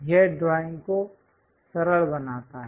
यह ड्राइंग को सरल बनाता है